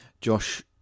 Josh